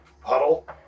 puddle